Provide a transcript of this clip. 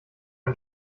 ein